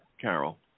Carol